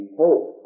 hope